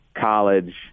college